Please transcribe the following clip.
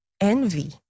Envy